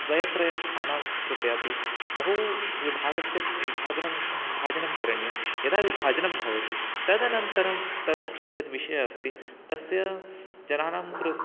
द्वित्रिस्थानं कृते अपि बहु विभागस्य विभागनं भाजनं करणियं यदा विभाजनं भवति तदनन्तरं तद् यद्विषयः अस्ति तस्य जनानां कृते